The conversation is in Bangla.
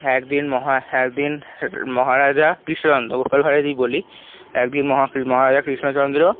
একদিন মহা একদিন মহারাজা কৃষ্ণচন্দ্র গোপাল ভাঁড়েরই বলি একদিন মহারাজা কৃষ্ণচন্দ্র